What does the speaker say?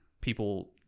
people